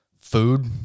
food